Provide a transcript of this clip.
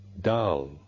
dull